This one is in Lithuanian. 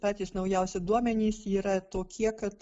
patys naujausi duomenys yra tokie kad